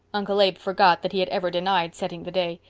uncle abe forgot that he had ever denied setting the day.